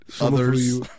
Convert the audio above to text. Others